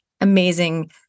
amazing